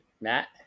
Matt